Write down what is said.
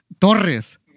Torres